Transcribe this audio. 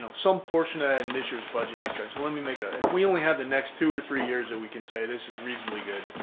so some portion ah and this year's budget discussion, let me make it that, if we only have the next two or three years that we can say this is reasonably good.